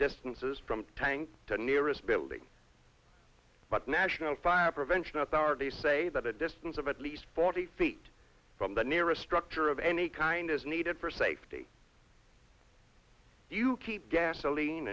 distances from tank to nearest building but national fire prevention authorities say that a distance of at least forty feet from the nearest structure of any kind is needed for safety you keep gasoline